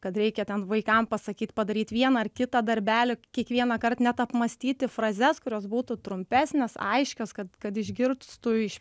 kad reikia ten vaikam pasakyt padaryt vieną ar kitą darbelį kiekvienąkart net apmąstyti frazes kurios būtų trumpesnės aiškios kad kad išgirstų iš